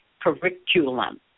curriculum